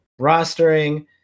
rostering